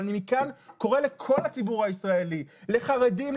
אבל מכאן אני קורא לכל הציבור הישראלי: לחרדים,